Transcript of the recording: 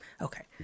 Okay